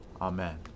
Amen